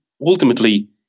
ultimately